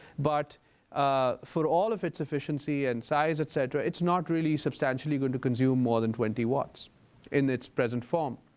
but for all of its efficiency and size, et cetera, it's not really substantially going to consume more than twenty watts in its present form.